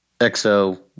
XO